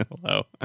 hello